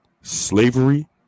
Slavery